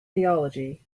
theology